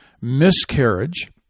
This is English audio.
miscarriage